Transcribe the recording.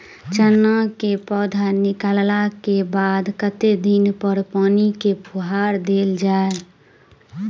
चना केँ पौधा निकलला केँ बाद कत्ते दिन पर पानि केँ फुहार देल जाएँ?